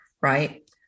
right